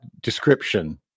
description